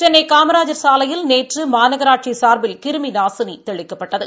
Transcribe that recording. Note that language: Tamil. சென்னை காமராஜா் சாலையில் நேற்று மாநகராட்சி சாா்பில் கிருமி நாசினி தெளிக்கப்பட்டது